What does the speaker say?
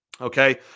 Okay